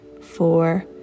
four